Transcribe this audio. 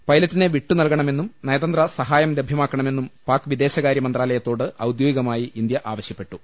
പൈലറ്റിനെ വിട്ടു നൽകണമെന്നും നയതന്ത്രസ ഹായം ലഭ്യമാക്കണമെന്നും പാക് വിദേശകാര്യ മന്ത്രാലയത്തോട് ഔദ്യോഗികമായി ഇന്ത്യ ആവശ്യപ്പെട്ടു